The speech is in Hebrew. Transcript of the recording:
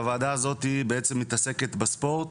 והוועדה הזאת בעצם מתעסקת בספורט.